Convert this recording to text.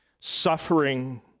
suffering